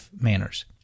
manners